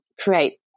create